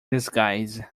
disguise